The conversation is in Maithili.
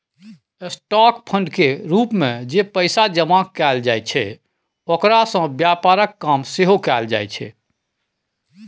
स्टॉक फंड केर रूप मे जे पैसा जमा कएल जाइ छै ओकरा सँ व्यापारक काम सेहो कएल जाइ छै